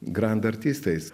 grand artistais